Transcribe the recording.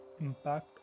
impact